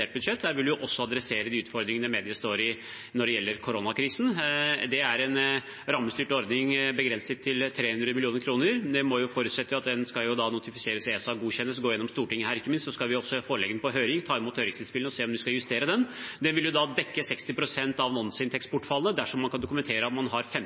vil vi også ta tak i utfordringene mediene står i når det gjelder koronakrisen. Det er en rammestyrt ordning begrenset til 300 mill. kr. Det forutsettes at den notifiseres i ESA, godkjennes og går igjennom i Stortinget, og så skal vi også forelegge den for høring, ta imot høringsinnspillene og se om vi skal justere den. Men den vil da dekke 60 pst. av annonseinntektsbortfallet dersom man kan dokumentere at man har